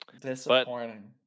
disappointing